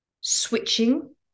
switching